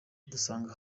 dusanga